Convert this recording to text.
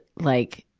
like,